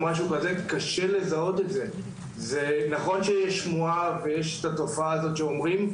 זה נכון שיש שמועה ושאומרים שהתופעה הזו ישנה,